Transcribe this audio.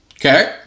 Okay